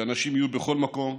שהנשים יהיו בכל מקום.